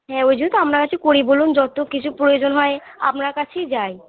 হ্যাঁ ওই জন্য তো আপনার কাছে করি বলুন যতো কিছু প্রয়োজন হয় আপনার কাছেই যাই